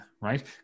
right